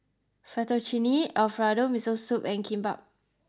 Fettuccine Alfredo Miso Soup and Kimbap